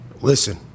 listen